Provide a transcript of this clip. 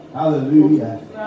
Hallelujah